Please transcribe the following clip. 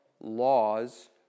laws